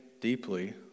deeply